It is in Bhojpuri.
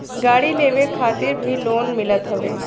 गाड़ी लेवे खातिर भी लोन मिलत हवे